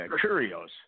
Curios